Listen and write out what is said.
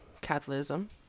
catholicism